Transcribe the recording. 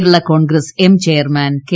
Kerala Congress M chairman K